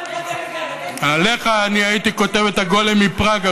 עליך הייתי כותב את "הגולם מפראג",